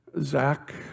Zach